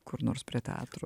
kur nors prie teatrų